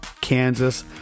Kansas